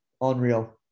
Unreal